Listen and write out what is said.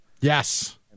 Yes